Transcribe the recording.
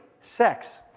sex